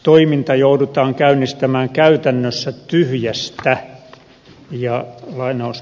toiminta joudutaan käynnistämään käytännössä tyhjästä